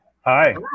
hi